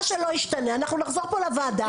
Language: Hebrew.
מה שלא ישתנה, אנחנו נחזור לוועדה.